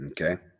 Okay